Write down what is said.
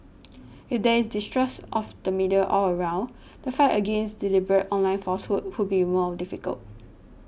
if there is distrust of the media all around the fight against deliberate online falsehoods will be more difficult